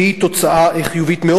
שהיא תוצאה חיובית מאוד.